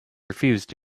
refused